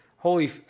Holy